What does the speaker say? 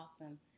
awesome